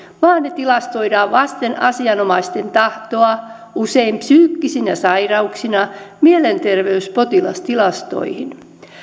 vaan ne tilastoidaan vasten asianomaisten tahtoa usein psyykkisinä sairauksina mielenterveyspotilastilastoihin